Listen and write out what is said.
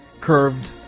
curved